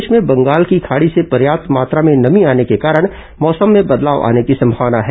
प्रदेश में बंगाल की खाड़ी से पर्याप्त मात्रा में नमी आने के कारण मौसम में बदलाव आने की संभावना है